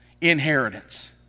inheritance